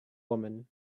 woman